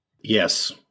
Yes